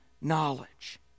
knowledge